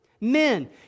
Men